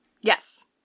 Yes